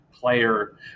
player